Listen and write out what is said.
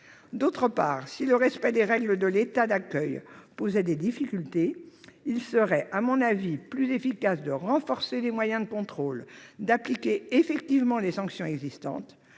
D'autre part, si le respect des règles de l'État d'accueil posait des difficultés, il serait plus efficace de renforcer les moyens de contrôle et d'appliquer effectivement les sanctions existantes.